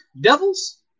devils